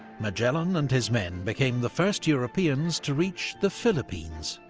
magellan and his men became the first europeans to reach the philippines,